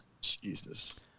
Jesus